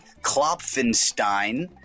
Klopfenstein